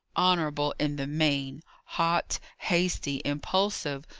honourable in the main hot, hasty, impulsive,